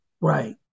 right